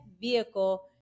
vehicle